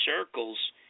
circles